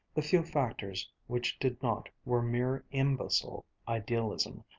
the few factors which did not were mere imbecile idealism,